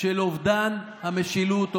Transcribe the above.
של אובדן המשילות,